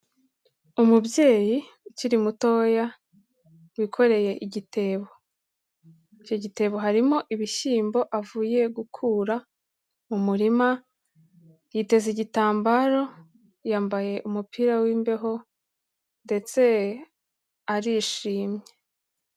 Umubyeyi ukiri mutoya wikoreye igitebo. Icyo gitebo harimo ibishyimbo avuye gukura mu murima, yiteze igitambaro, yambaye umupira w'imbeho ndetse arishimye.